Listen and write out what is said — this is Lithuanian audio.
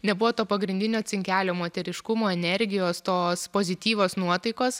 nebuvo to pagrindinio cinkelio moteriškumo energijos tos pozityvios nuotaikos